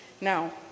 Now